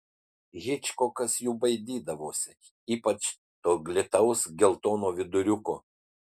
hičkokas jų baidydavosi ypač to glitaus geltono viduriuko